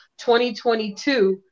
2022